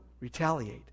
retaliate